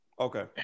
Okay